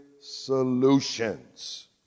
solutions